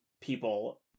people